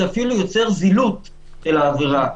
זה אפילו יוצר זילות של העבירה.